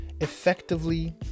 effectively